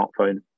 smartphone